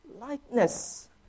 likeness